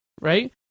right